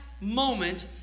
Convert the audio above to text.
moment